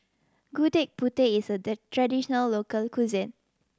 Gudeg Putih is a traditional local cuisine